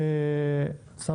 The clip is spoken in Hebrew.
יצאה מהזום, צר